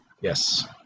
Yes